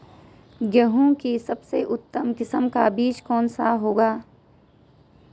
गेहूँ की सबसे उत्तम किस्म का बीज कौन सा होगा?